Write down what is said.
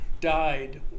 died